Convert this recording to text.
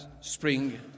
Spring